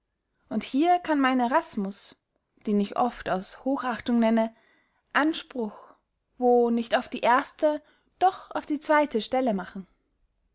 und hier kann mein erasmus den ich oft aus hochachtung nenne anspruch wo nicht auf die erste doch auf die zweyte stelle machen